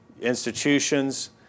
institutions